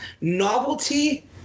novelty